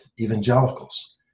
evangelicals